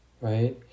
right